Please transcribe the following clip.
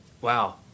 Wow